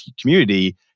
community